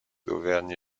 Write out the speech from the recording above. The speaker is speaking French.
d’auvergne